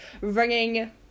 ringing